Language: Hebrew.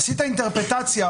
עשית אינטרפרטציה,